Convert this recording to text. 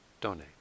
donate